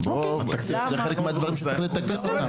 זה חלק מהדברים שצריך לתקן אותם.